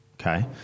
Okay